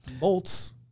Bolts